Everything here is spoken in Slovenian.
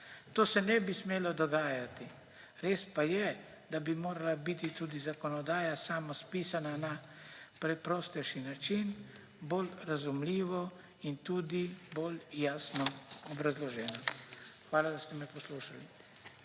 To se ne bi smelo dogajati. Res pa je, da bi morala biti tudi zakonodaja sama spisana na preprostejši način, bolj razumljivo in tudi bolj jasno obrazloženo. Hvala, da ste me poslušali.